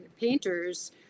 painters